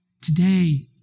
Today